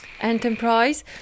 enterprise